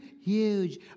huge